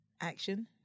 action